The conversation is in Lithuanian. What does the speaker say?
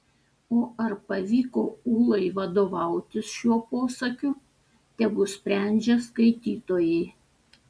o ar pavyko ūlai vadovautis šiuo posakiu tegul sprendžia skaitytojai